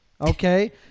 okay